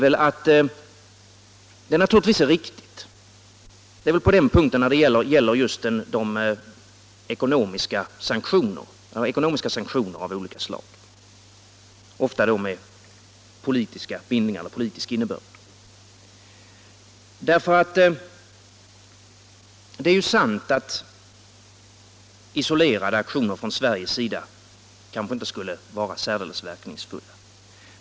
Vad han säger om ekonomiska sanktioner av olika slag, ofta med politisk innebörd, är naturligtvis riktigt. Det är sant att isolerade aktioner från Sveriges sida kanske inte skulle vara särdeles verkningsfulla.